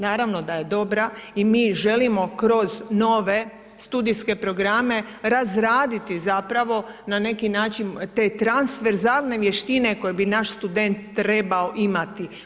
Naravno da je dobra i mi želimo kroz nove studijske programe razraditi zapravo na neki način te transverzalne vještine koje bi naš student trebao imati.